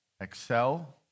excel